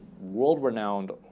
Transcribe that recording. world-renowned